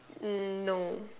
mm no